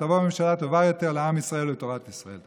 ותבוא ממשלה טובה יותר לעם ישראל ולתורת ישראל.